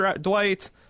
Dwight